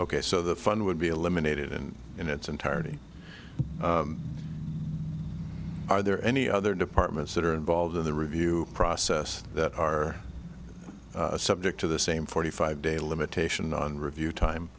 ok so the fund would be eliminated and in its entirety are there any other departments that are involved in the review process that are subject to the same forty five day limitation on review time